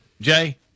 Jay